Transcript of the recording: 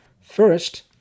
First